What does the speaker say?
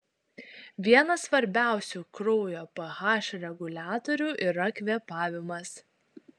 vienas svarbiausių kraujo ph reguliatorių yra kvėpavimas